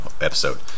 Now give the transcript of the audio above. episode